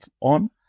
on